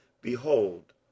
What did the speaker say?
behold